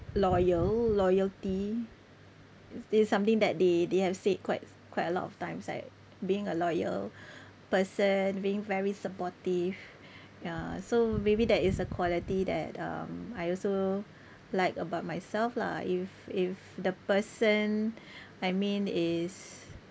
loyal loyalty this is something that they they have said quite quite a lot of times like being a loyal person being very supportive ya so maybe that is a quality that um I also like about myself lah if if the person I mean is